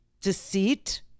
deceit